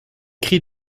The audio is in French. cris